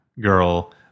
girl